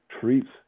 treats